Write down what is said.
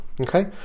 Okay